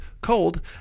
cold